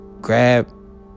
Grab